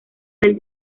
del